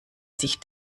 sich